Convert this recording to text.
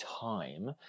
time